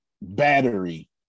battery